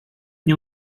nie